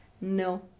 No